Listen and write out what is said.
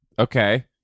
okay